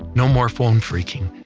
no more phone phreaking